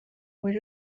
buri